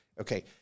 Okay